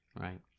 Right